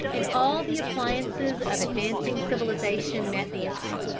and all the appliances of advancing civilization met the eye.